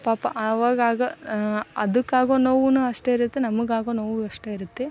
ಪಾಪ ಆವಾಗ ಆಗ ಅದಕ್ಕಾಗೊ ನೋವು ಅಷ್ಟೇ ಇರುತ್ತೆ ನಮಗಾಗೋ ನೋವು ಅಷ್ಟೇ ಇರುತ್ತೆ